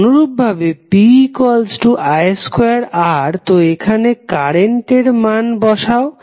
অনুরূপভাবে pi2R তো এখানে কারেন্টের মান বসাও